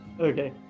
Okay